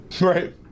Right